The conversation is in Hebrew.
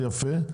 זה יפה,